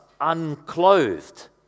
unclothed